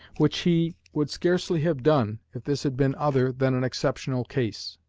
which he would scarcely have done if this had been other than an exceptional case.